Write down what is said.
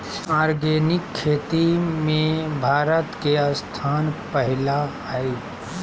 organic खेती में भारत के स्थान पहिला हइ